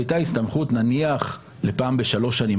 הייתה הסתמכות נניח לפעם בשלוש שנים,